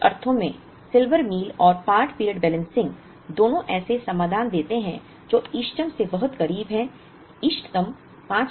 कुछ अर्थों में सिल्वर मील और पार्ट पीरियड बैलेंसिंग दोनों ऐसे समाधान देते हैं जो इष्टतम के बहुत करीब हैं इष्टतम 5000 है